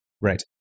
right